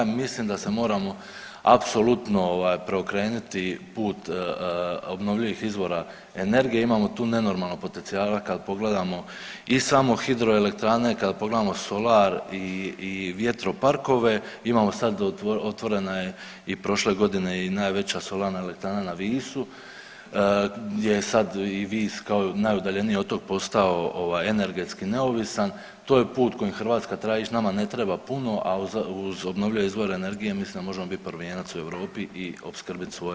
Mislim da se moramo apsolutno ovaj preokreniti put obnovljivih izvora energije, imamo tu nenormalno potencijala kad pogledamo i samo hidroelektrane, kad pogledamo solar i vjetroparkove, imamo sad, otvorena je i prošle godine i najveća solarna elektrana na Visu gdje je sad i Vis kao najudaljeniji otok postao ovaj, energetski neovisan, to je put kojim Hrvatska treba ić, nama ne treba puno, a uz obnovljive izvore energije mislim da možemo biti prvijenac u Europi i opskrbiti svoje zalihe.